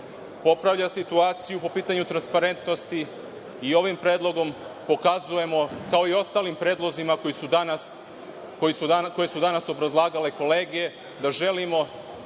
popravlja situaciju po pitanju transparentnosti i ovim predlogom pokazujemo kao i ostalim predlozima koje su danas obrazlagale kolege da želimo